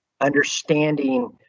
understanding